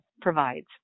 provides